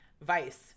vice